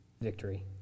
victory